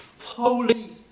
Holy